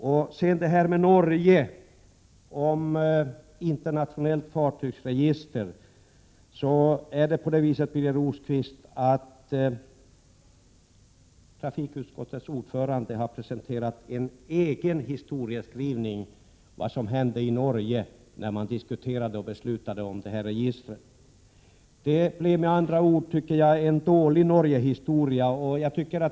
När det gäller det internationella sjöfartsregistret i Norge har trafikutskottets ordförande presenterat en egen historieskrivning om vad som hände i Norge när man där diskuterade och beslutade om detta register. Det blir med andra ord en dålig Norgehistoria, tycker jag.